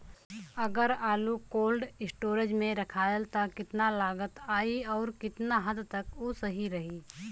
अगर आलू cold storage में रखायल त कितना लागत आई अउर कितना हद तक उ सही रही?